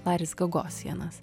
laris gagosienas